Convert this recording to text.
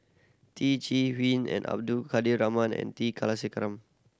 Teo Chee and Abdul Kadir and T Kulasekaram